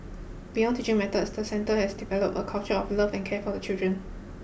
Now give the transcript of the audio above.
beyond teaching methods the centre has developed a culture of love and care for the children